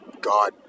God